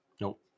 nope